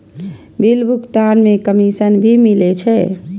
Bill भुगतान में commission भी मिले छै?